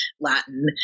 Latin